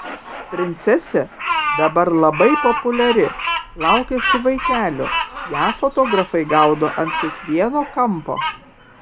princesė dabar labai populiari laukiasi vaikelio ją fotografai gaudo ant kiekvieno kampo